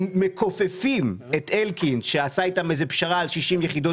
הם מכופפים את אלקין שעשה אתם איזו פשרה על 60 יחידות